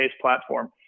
platform